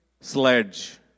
sledge